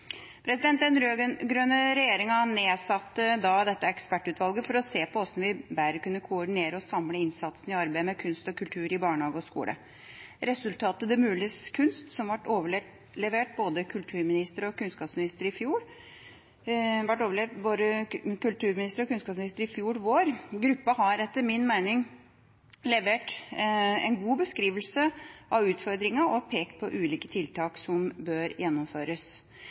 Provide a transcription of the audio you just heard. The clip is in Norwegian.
Den rød-grønne regjeringa nedsatte dette ekspertutvalget for å se på hvordan vi bedre kunne koordinere og samle innsatsen i arbeidet med kunst og kultur i barnehage og skole. Resultatet Det muliges kunst ble overlevert både kulturministeren og kunnskapsministeren i fjor vår. Gruppa har etter min mening levert en god beskrivelse av utfordringa og pekt på ulike tiltak som bør gjennomføres.